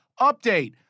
Update